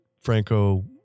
Franco